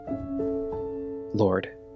Lord